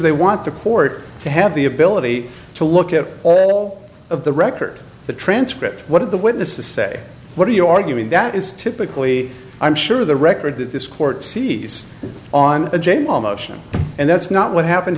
they want the court to have the ability to look at all of the record the transcript what are the witnesses to say what are you arguing that is typically i'm sure the record that this court sees on the jay ma motion and that's not what happened